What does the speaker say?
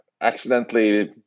accidentally